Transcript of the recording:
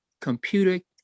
computer